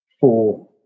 four